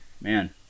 man